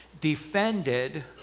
defended